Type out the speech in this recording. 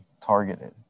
targeted